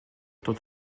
tot